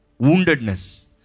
woundedness